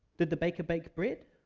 did the baker bake bread?